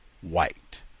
white